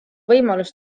võimalus